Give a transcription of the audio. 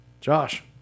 Josh